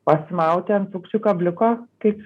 pasimauti ant sukčių kabliuko kaip